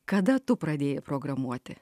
kada tu pradėjai programuoti